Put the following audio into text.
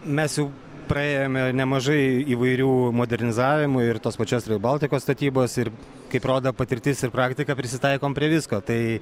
mes jau praėjome nemažai įvairių modernizavimo ir tos pačios reilbaltikos statybos ir kaip rodo patirtis ir praktika prisitaikom prie visko tai